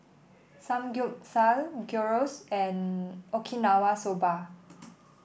Samgeyopsal Gyros and Okinawa Soba